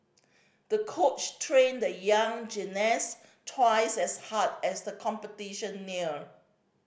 the coach trained the young gymnast twice as hard as the competition neared